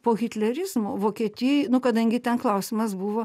po hitlerizmo vokietijoj nu kadangi ten klausimas buvo